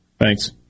Thanks